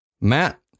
Matt